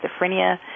schizophrenia